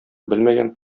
белмәгән